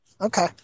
Okay